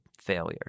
failure